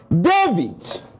David